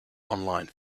online